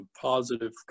positive